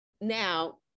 Now